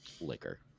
liquor